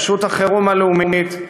רשות החירום הלאומית,